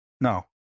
No